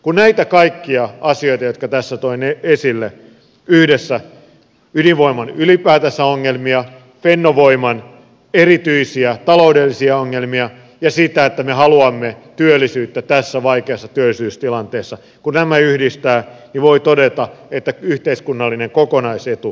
kun yhdistää nämä kaikki asiat jotka tässä toin esille ydinvoiman ylipäätänsä ongelmia fennovoiman erityisiä taloudellisia ongelmia ja sitä että me haluamme työllisyyttä tässä vaikeassa työllisyystilanteessa niin voi todeta että yhteiskunnallinen kokonaisetu ei täyty